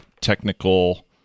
technical